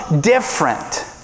Different